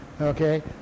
Okay